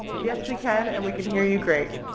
yes, we can and we can hear you great.